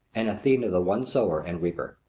and athena the one sower and reaper.